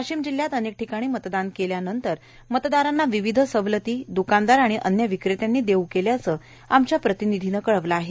वाशीम जिल्ह्यात अनेक ठिकाणी मतदान केल्यावर मतदारांना विविध सवलती दुकानदार आणि अन्य विक्रेत्यांनी देऊ केल्याचं आमच्या प्रतिनिधीने कळवलं आहे